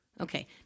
Okay